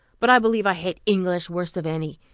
but i believe i hate english worst of any,